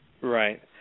Right